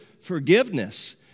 forgiveness